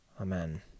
Amen